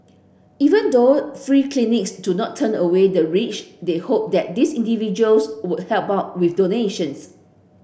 even though free clinics do not turn away the rich they hope that these individuals would help out with donations